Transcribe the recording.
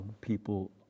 people